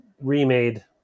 remade